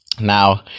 Now